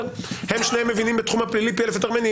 הם שניהם מבינים בתחום הפלילי פי אלף יותר ממני,